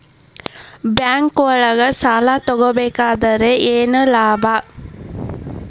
ಬ್ಯಾಂಕ್ನೊಳಗ್ ಸಾಲ ತಗೊಬೇಕಾದ್ರೆ ಏನ್ ಲಾಭ?